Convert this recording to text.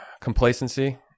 complacency